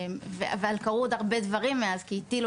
אבל קרו עוד הרבה דברים מאז כי הטילו